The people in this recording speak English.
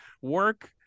work